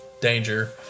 danger